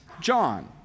John